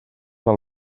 del